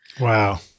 Wow